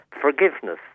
forgiveness